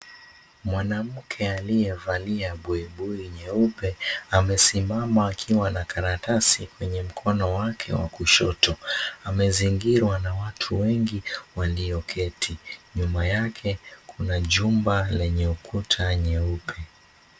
Mwanamke aliyevalilia buibui nyeupe amesimama akiwa na karatasi kwenye mkono wake wa kushoto amezingirwa na watu wengi walio keti, nyuma yake kuna jumba lenye ukuta nyeupe.